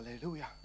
Hallelujah